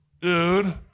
dude